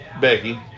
Becky